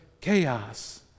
chaos